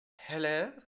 hello